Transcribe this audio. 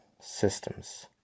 systems